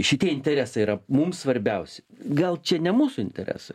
šitie interesai yra mums svarbiausi gal čia ne mūsų interesai